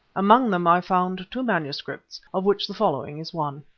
among them i found two manuscripts, of which the following is one.